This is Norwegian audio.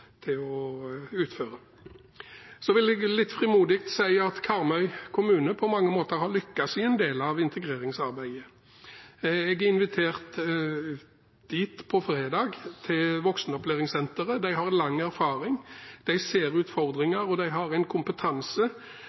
utføre. Så vil jeg – litt frimodig – si at Karmøy kommune på mange måter har lyktes i en del av integreringsarbeidet. Jeg er invitert dit på fredag, til voksenopplæringssenteret. De har lang erfaring, de ser utfordringer, og de har en kompetanse